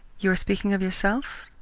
you are speaking of yourself?